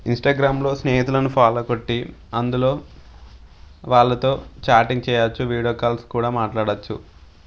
ఇంస్టాగ్రామ్లో స్నేహితులను ఫాలో కొట్టి అందులో వాళ్లతో చాటింగ్ చేయొచ్చు వీడియో కాల్స్ కూడా మాట్లాడొచ్చు